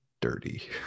dirty